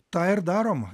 tą ir darom